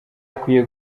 akwiye